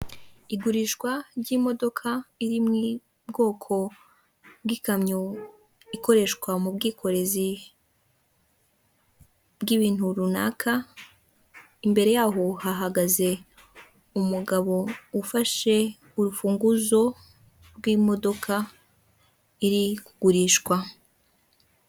Igurishwa ry'imodoka iri mu bwoko bw'ikamyo ikoreshwa mu bwikorezi bw'ibintu runaka, imbere yaho hahagaze umugabo ufashe urufunguzo rw'imodoka iri kugurishwa.